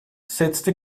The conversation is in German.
setzte